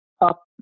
up